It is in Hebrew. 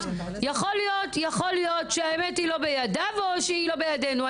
יכול להיות שהאמת היא לא בידיו או לא בידינו,